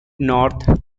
north